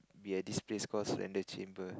be at this place call Surrender Chamber